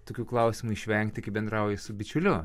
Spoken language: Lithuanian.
tokių klausimų išvengti kai bendrauji su bičiuliu